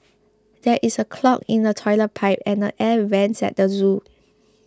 there is a clog in the Toilet Pipe and the Air Vents at the zoo